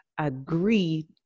agree